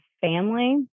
family